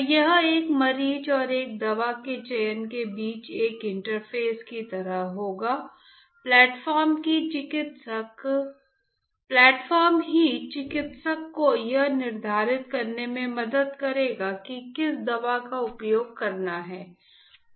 तो यह एक मरीज और एक दवा के चयन के बीच एक इंटरफेस की तरह होगा प्लेटफॉर्म ही चिकित्सक को यह निर्धारित करने में मदद करेगा कि किस दवा का उपयोग करना है